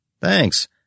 Thanks